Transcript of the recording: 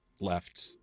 Left